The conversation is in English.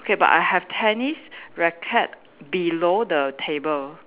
okay but I have tennis racket below the table